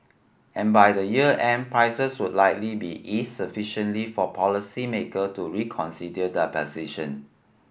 and by the year end prices would likely be eased sufficiently for policymaker to reconsider their position